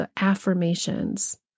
affirmations